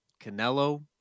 Canelo